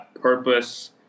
purpose